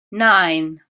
nine